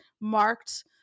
marked